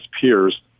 peers